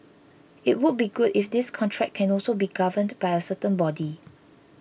it would be good if this contract can also be governed by a certain body